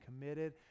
committed